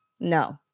no